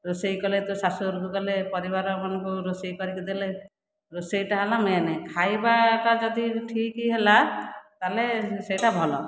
ରୋଷେଇ କଲେ ତୁ ଶାଶୁଘରକୁ ଗଲେ ପରିବାରମାନଙ୍କୁ ରୋଷେଇ କରିକି ଦେଲେ ରୋଷେଇଟା ହେଲା ମେନ୍ ଖାଇବାଟା ଯଦି ଠିକ୍ ହେଲା ତା'ହେଲେ ସେଇଟା ଭଲ